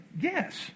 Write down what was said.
Yes